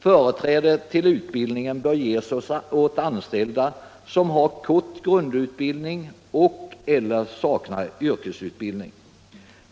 Företräde till utbildning bör ges åt anställda som har kort grundutbildning och/eller saknar yrkesutbildning.